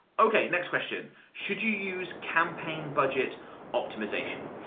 okay next question. should you use campaign budget optimization?